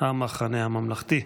המחנה הממלכתי.